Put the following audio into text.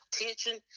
attention